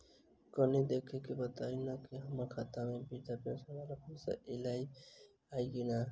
कनि देख कऽ बताऊ न की हम्मर खाता मे वृद्धा पेंशन वला पाई ऐलई आ की नहि?